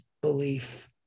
belief